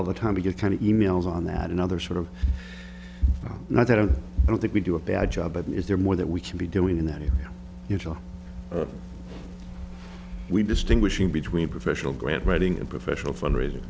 all the time to get kind of e mails on that and other sort of not that i don't think we do a bad job but is there more that we can be doing in that if you feel we distinguishing between professional grant writing and professional fundraiser